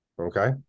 okay